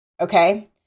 Okay